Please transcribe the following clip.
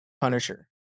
Punisher